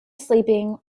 sleeping